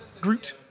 Groot